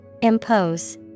Impose